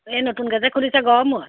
এই নতুনকৈ যে খুলিছে গড়মূৰত